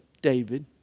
David